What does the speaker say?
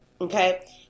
Okay